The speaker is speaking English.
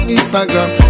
Instagram